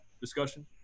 discussion